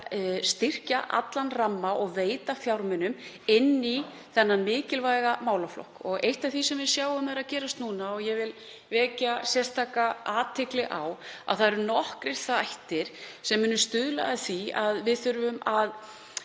styrkja allan ramma og veita fjármuni í þennan mikilvæga málaflokk. Eitt af því sem við sjáum að er að gerast núna, og ég vil vekja sérstaka athygli á, er að nokkrir þættir munu stuðla að því að við þurfum að